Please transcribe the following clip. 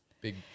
big